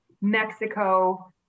mexico